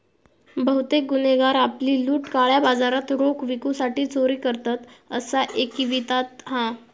बहुतेक गुन्हेगार आपली लूट काळ्या बाजारात रोख विकूसाठी चोरी करतत, असा ऐकिवात हा